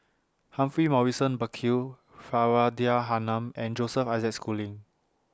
Humphrey Morrison Burkill Faridah Hanum and Joseph Isaac Schooling